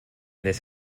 this